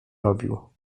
robił